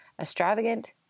Extravagant